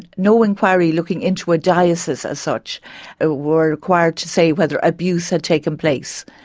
no inquiry looking into a diocese as such ah were required to say whether abuse had taken place,